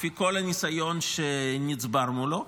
לפי כל הניסיון שנצבר מולו,